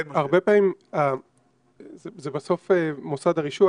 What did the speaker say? הרבה פעמים זה בסוף מוסד הרישוי,